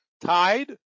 tied